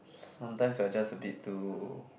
sometimes I just a bit too